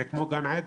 זה כמו גן עדן.